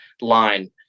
line